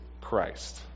Christ